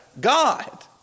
God